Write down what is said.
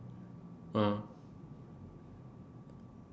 oh